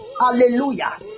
hallelujah